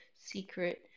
secret